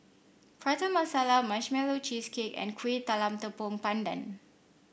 Prata Masala Marshmallow Cheesecake and Kueh Talam Tepong Pandan